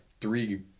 three